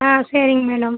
ஆ சரிங்க மேடம்